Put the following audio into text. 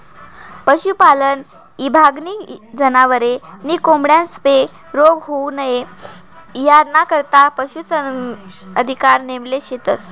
पशुपालन ईभागनी जनावरे नी कोंबड्यांस्ले रोग होऊ नई यानाकरता पशू अधिकारी नेमेल शेतस